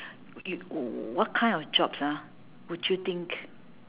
y~ what kind of jobs ah would you think